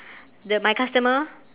the my customer